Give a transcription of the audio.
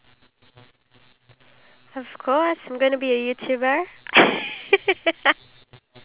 ya imovie but then the only problem I have is that I haven't really